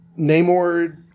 Namor